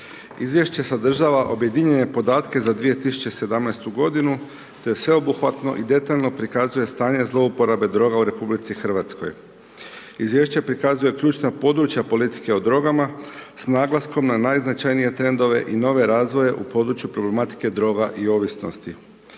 Izvješće sadržava objedinjene podatke za 2017. godinu te sveobuhvatno i detaljno prikazuje stanje zlouporabe droga u RH. Izvješće prikazuje ključna područja politike o drogama s naglaskom na najznačajnije trendove i nove razvoje u području problematike droga i ovisnosti.